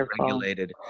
regulated